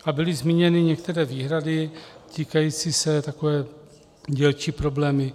A byly zmíněny některé výhrady týkající se... takové dílčí problémy.